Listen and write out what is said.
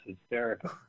hysterical